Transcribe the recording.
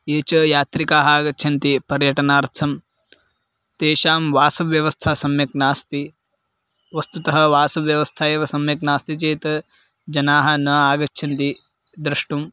ये च यात्रिकाः आगच्छन्ति पर्यटनार्थं तेषां वासव्यवस्था सम्यक् नास्ति वस्तुतः वासव्यवस्था एव सम्यक् नास्ति चेत् जनाः न आगच्छन्ति द्रष्टुं